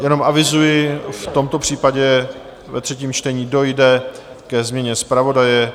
Jenom avizuji, v tomto případě ve třetím čtení dojde ke změně zpravodaje.